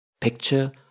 Picture